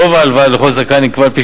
גובה ההלוואה לכל זכאי נקבע על-פי